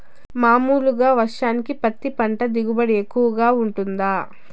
మామూలుగా వర్షానికి పత్తి పంట దిగుబడి ఎక్కువగా గా వుంటుందా?